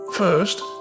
First